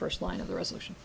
first line of the resolution